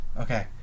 Okay